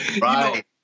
Right